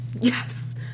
Yes